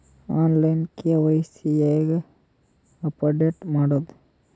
On line KYC ಹೇಂಗ update ಮಾಡೋದು?